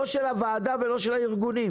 לא של הוועדה ולא של הארגונים,